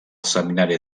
seminari